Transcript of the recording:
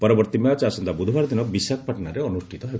ପରବର୍ତ୍ତୀ ମ୍ୟାଚ୍ ଆସନ୍ତା ବୁଧବାର ଦିନ ବିଶାଖାପାଟଣାରେ ଅନୁଷ୍ଠିତ ହେବ